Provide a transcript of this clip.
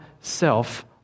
self